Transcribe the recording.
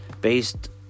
based